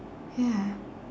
ya